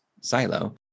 silo